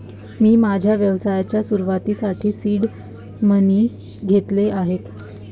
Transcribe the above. मी माझ्या व्यवसायाच्या सुरुवातीसाठी सीड मनी घेतले आहेत